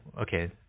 okay